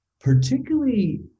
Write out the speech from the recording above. particularly